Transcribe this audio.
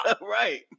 Right